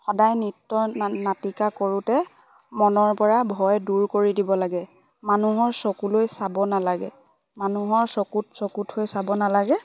সদায় নৃত্য নাটকাা কৰোঁতে মনৰ পৰা ভয় দূৰ কৰি দিব লাগে মানুহৰ চকলৈ চাব নালাগে মানুহৰ চকুত চকুত হৈ চাব নালাগে